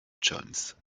jones